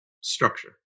structure